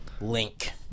Link